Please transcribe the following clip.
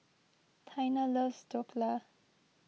Taina loves Dhokla